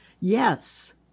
yes